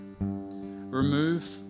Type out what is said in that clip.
Remove